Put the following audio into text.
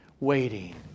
Waiting